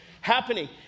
happening